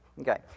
Okay